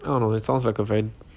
I don't know it sounds like a very